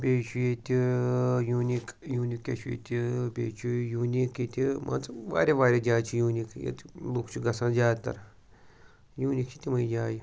بیٚیہِ چھُ ییٚتہِ یوٗنیٖک یوٗنیٖک کیاہ چھُ ییٚتہِ بیٚیہِ چھُ یوٗنیٖک ییٚتہِ مان ژٕ واریاہ واریاہ جایہِ چھِ یوٗنیٖک ییٚتہِ لُکھ چھِ گژھان زیادٕ تَر یوٗنیٖک چھِ تِمَے جایہِ